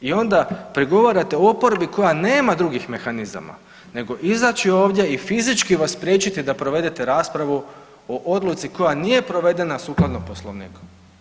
I onda prigovarate oporbi koja nema drugih mehanizama nego izaći ovdje i fizički vas spriječiti da provedete raspravu o odluci koja nije provedena sukladno Poslovniku.